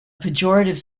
pejorative